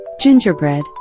gingerbread